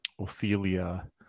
Ophelia